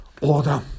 order